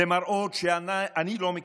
למראות שאני לא מכיר.